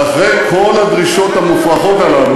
ואחרי כל הדרישות המופרכות האלה,